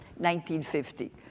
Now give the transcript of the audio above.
1950